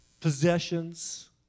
possessions